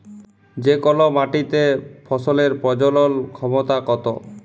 যে কল মাটিতে ফসলের প্রজলল ক্ষমতা কত